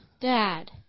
Dad